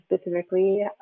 specifically